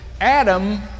Adam